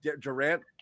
durant